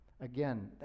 Again